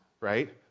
right